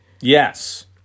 Yes